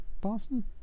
Boston